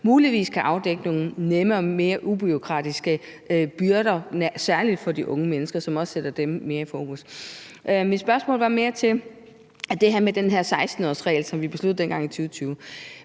muligvis kan afdække nogle nemme og mere ubureaukratiske løsninger, særlig for de unge mennesker, og som også sætter dem mere i fokus. Mit spørgsmål er i forbindelse med den her 16-årsregel, som vi besluttede dengang i 2020.